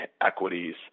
equities